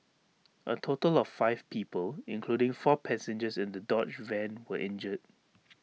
A total of five people including four passengers in the dodge van were injured